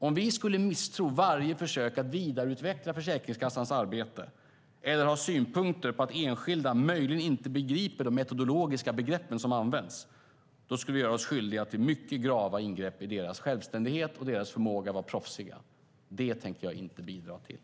Om vi misstrodde varje försök att vidareutveckla Försäkringskassans arbete eller ha synpunkter på att enskilda möjligen inte begriper de metodologiska begreppen som används skulle vi göra oss skyldiga till mycket grava ingrepp i deras självständighet och förmåga att vara proffsiga. Det tänker jag inte bidra till.